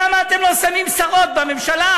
למה אתם לא שמים שרות בממשלה?